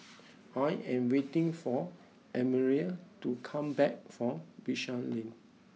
I am waiting for Annemarie to come back from Bishan Lane